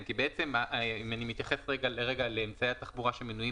אם אני מתייחס לאמצעי התחבורה שמנויים